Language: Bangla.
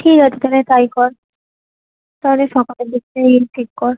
ঠিক আছে তাহলে তাই কর তাহলে সকালের দিকটাই ঠিক কর